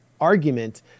argument